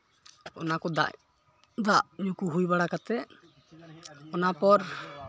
ᱚᱱᱟ ᱠᱚ ᱫᱟᱜ ᱧᱩ ᱠᱚ ᱦᱩᱭ ᱵᱟᱲᱟ ᱠᱟᱛᱮᱫ ᱚᱱᱟ ᱯᱚᱨ